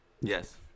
Yes